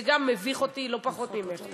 זה גם מביך אותי לא-פחות מאשר אותך,